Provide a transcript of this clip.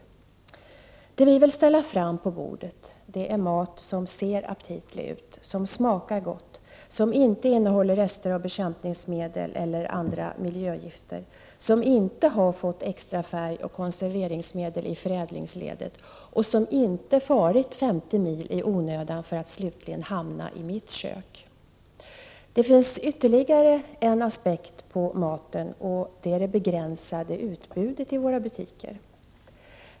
Det vi kvinnor vill ställa fram på bordet är mat som ser aptitlig ut, som smakar gott, som inte innehåller rester av bekämpningsmedel eller andra miljögifter, som inte har fått extra färg och konserveringsmedel i förädlingsledet och som inte har transporterats 50 mil i onödan för att slutligen hamna i det egna köket. Det finns ytterligare en aspekt på maten. Det gäller då det begränsade utbudet i våra butiker.